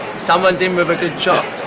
someone's in with a good shot.